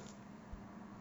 uh